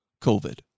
COVID